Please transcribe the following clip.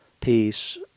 peace